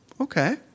Okay